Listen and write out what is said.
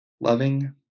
loving